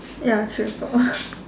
ya straight for